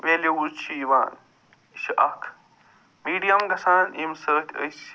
values چھِ یِوان یہِ چھِ اکھ میٖڈِیم گَژھان ییٚمہِ سۭتۍ أسۍ